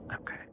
Okay